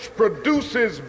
produces